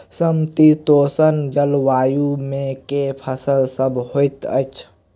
समशीतोष्ण जलवायु मे केँ फसल सब होइत अछि?